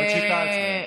זאת שיטה אצלם.